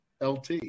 LT